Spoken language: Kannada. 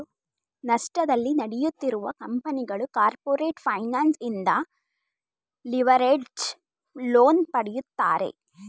ನಷ್ಟದಲ್ಲಿ ನಡೆಯುತ್ತಿರುವ ಕಂಪನಿಗಳು ಕಾರ್ಪೊರೇಟ್ ಫೈನಾನ್ಸ್ ನಿಂದ ಲಿವರೇಜ್ಡ್ ಲೋನ್ ಪಡೆಯುತ್ತಾರೆ